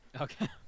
Okay